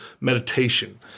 meditation